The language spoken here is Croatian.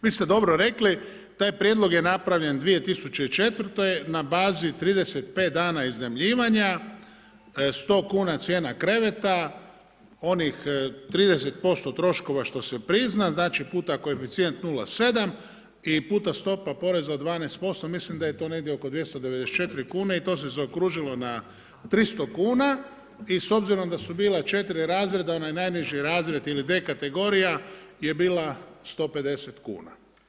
Vi ste dobro rekli, taj prijedlog je napravljen 2004. na bazi 35 dana iznajmljivanja, 100 kn cijena kreveta, onih 30% troškova što se prizna, znači puta koeficijent 0,7 i puta stopa poreza od 12%, mislim da je to negdje oko 294 kune i to se zaokružilo na 300 kuna i s obzirom da su bila 4 razreda, onaj najniži razred ili D kategorija je bila 150 kuna.